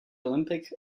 olympic